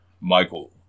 Michael